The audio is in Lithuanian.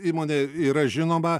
įmonė yra žinoma